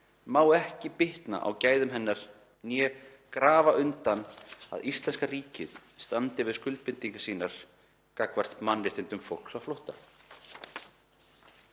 má ekki bitna á gæðum hennar né grafa undan [því] að íslenska ríkið standi við skuldbindingar sínar gagnvart mannréttindum fólks á flótta.“